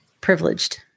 privileged